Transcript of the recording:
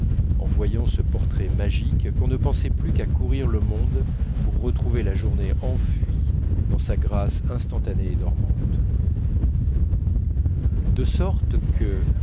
en voyant ce portrait magique qu'on ne pensait plus qu'à courir le monde pour retrouver la journée enfuie dans sa grâce instantanée et dormante de sorte que